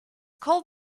called